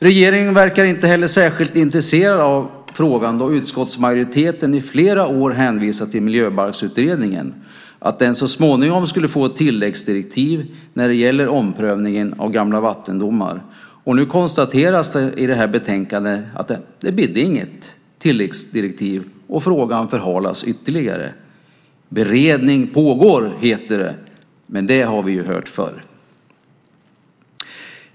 Regeringen verkar inte heller särskilt intresserad av frågan då utskottsmajoriteten i flera år hänvisat till miljöbalksutredningen och att den så småningom skulle få tilläggsdirektiv när det gäller omprövningen av gamla vattendomar. Nu konstateras i betänkandet att det inte blev något tilläggsdirektiv och frågan förhalas ytterligare. Beredning pågår, heter det, men det har vi ju hört förr.